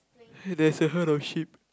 there is a herd of sheep